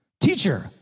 Teacher